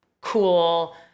cool